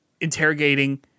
interrogating